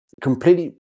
completely